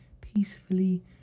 peacefully